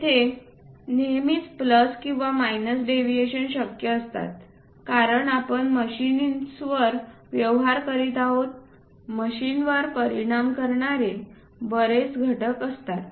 तेथे नेहमीच प्लस किंवा मायनस डेविएशन्स शक्य असतात कारण आपण मशीन्सवर व्यवहार करीत आहोत मशीनवर परिणाम करणारे बरेच घटक असतात